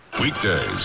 Weekdays